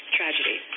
tragedy